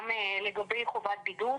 גם לגבי חובת בידוד,